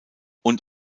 und